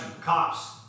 Cops